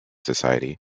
society